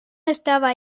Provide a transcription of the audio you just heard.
estaba